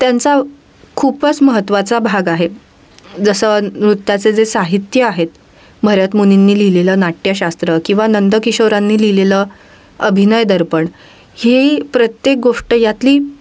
त्यांचा खूपच महत्त्वाचा भाग आहे जसं नृत्याचे जे साहित्य आहे भरत मुनींनी लिहिलेलं नाट्यशास्त्र किंवा नंदकिशोरांनी लिहिलेलं अभिनय दर्पण ही प्रत्येक गोष्ट यातली